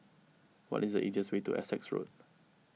what is the easiest way to Essex Road